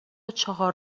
چهار